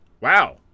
wow